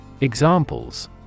Examples